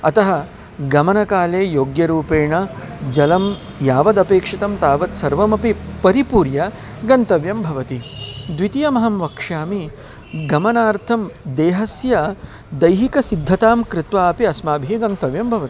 अतः गमनकाले योग्यरूपेण जलं यावदपेक्षितं तावत् सर्वमपि परिपूर्य गन्तव्यं भवति द्वितीयमहं वक्ष्यामि गमनार्थं देहस्य दैहिकसिद्धतां कृत्वा अपि अस्माभिः गन्तव्यं भवति